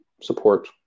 support